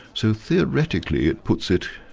so theoretically it puts it,